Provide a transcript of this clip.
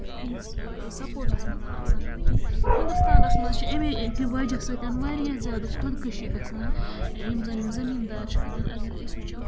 اِہِنٛدِس سَپوٹَس منٛز آسان کِہیٖنۍ ہِندُستانَس منٛز چھِ اَمے کہِ وَجہ سۭتۍ واریاہ زیادٕ خۄدکٔشی گَژھان یِم زَن یِم زٔمیٖندار چھِ کَران اگر أسۍ وٕچھو